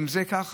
אם זה ככה,